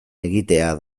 egitea